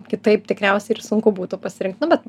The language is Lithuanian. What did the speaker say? kitaip tikriausiai ir sunku būtų pasirinkt nu bet